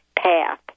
path